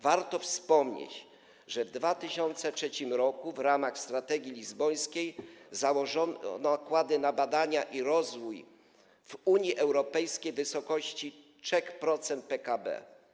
Warto wspomnieć, że w 2003 r. w ramach strategii lizbońskiej założono nakłady na badania i rozwój w Unii Europejskiej w wysokości 3% PKB.